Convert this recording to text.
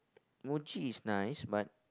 Muji is nice but